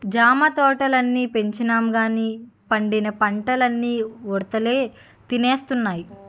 జామ తోటల్ని పెంచినంగానీ పండిన పల్లన్నీ ఉడతలే తినేస్తున్నాయి